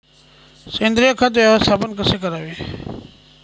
सेंद्रिय खत व्यवस्थापन कसे करावे?